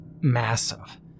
massive